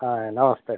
అలా వస్తాయండి